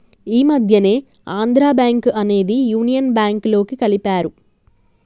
ఈ మధ్యనే ఆంధ్రా బ్యేంకు అనేది యునియన్ బ్యేంకులోకి కలిపారు